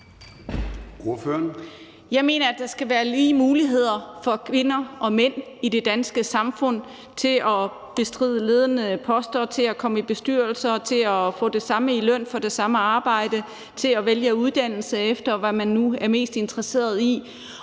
Jeg mener, at der skal være lige muligheder for kvinder og mænd i det danske samfund med hensyn til at bestride ledende poster, komme i bestyrelser, få det samme i løn for det samme arbejde og vælge uddannelse, efter hvad man nu er mest interesseret i.